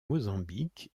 mozambique